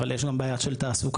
אבל יש גם בעיה של תעסוקה.